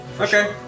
Okay